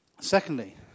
Secondly